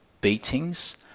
beatings